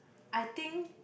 I think